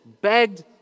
begged